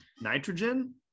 nitrogen